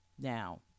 Now